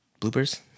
bloopers